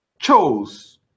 chose